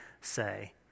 say